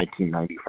1995